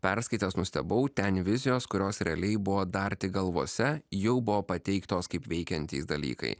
perskaitęs nustebau ten vizijos kurios realiai buvo dar tik galvose jau buvo pateiktos kaip veikiantys dalykai